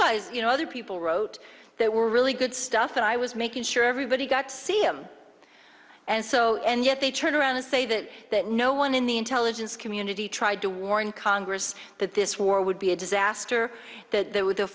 guys you know other people wrote that were really good stuff that i was making sure everybody got to see him and so and yet they turn around and say that that no one in the intelligence community tried to warn congress that this war would be a disaster that there w